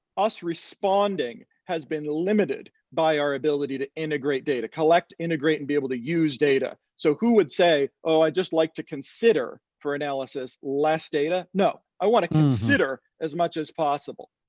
us responding has been limited by our ability to integrate data. collect, integrate, and be able to use data. so who would say, oh, i'd just like to consider for analysis analysis less data? no, i want to consider as much as possible.